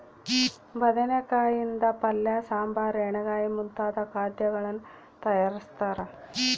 ಬದನೆಕಾಯಿ ಯಿಂದ ಪಲ್ಯ ಸಾಂಬಾರ್ ಎಣ್ಣೆಗಾಯಿ ಮುಂತಾದ ಖಾದ್ಯಗಳನ್ನು ತಯಾರಿಸ್ತಾರ